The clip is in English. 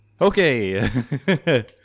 Okay